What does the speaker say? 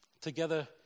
Together